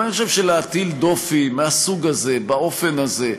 אבל אני חושב שלהטיל דופי מהסוג הזה, באופן הזה,